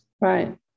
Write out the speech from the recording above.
Right